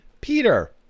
Peter